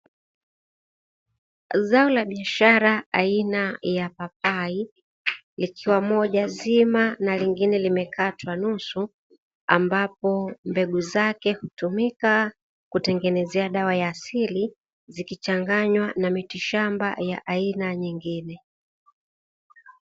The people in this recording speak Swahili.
Zao la biashara aina ya papai yakiwa moja zima na lingine limekatwa nusu, ambapo mbegu zake hutumika kutengenezea dawa ya asili zikichanganywa na mitishamba ya aina nyingine.